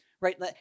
right